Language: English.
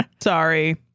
Sorry